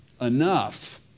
enough